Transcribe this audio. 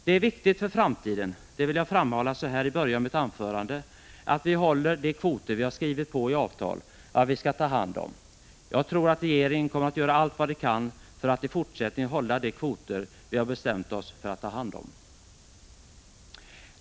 Det är viktigt för framtiden, det vill jag framhålla i början av mitt anförande, att vi håller de kvoter som vi i avtal har skrivit på att vi skall ta hand om. Jag tror att regeringen kommer att göra allt vad den kan för att i fortsättningen hålla de kvoter vi har bestämt oss för att ta hand om.